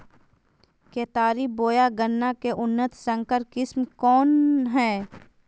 केतारी बोया गन्ना के उन्नत संकर किस्म कौन है?